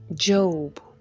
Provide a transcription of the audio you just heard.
Job